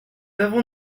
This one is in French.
avons